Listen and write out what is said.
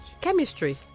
Chemistry